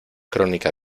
crónica